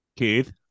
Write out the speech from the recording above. Keith